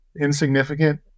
insignificant